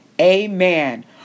Amen